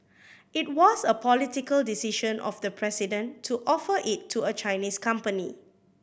it was a political decision of the president to offer it to a Chinese company